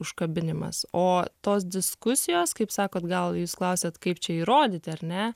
užkabinimas o tos diskusijos kaip sakot gal jūs klausiat kaip čia įrodyti ar ne